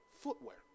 footwear